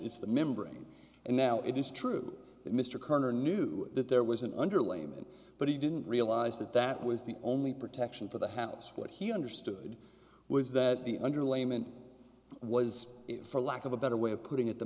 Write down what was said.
it's the membrane and now it is true that mr kerner knew that there was an underlayment but he didn't realize that that was the only protection for the house what he understood was that the underlayment was for lack of a better way of putting it the